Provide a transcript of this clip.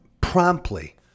promptly